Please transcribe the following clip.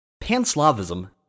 Pan-Slavism